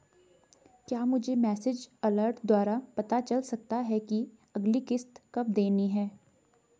क्या मुझे message alert द्वारा पता चल सकता कि अगली किश्त कब देनी है?